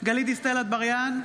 גלית דיסטל אטבריאן,